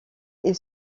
est